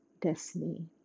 destiny